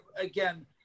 again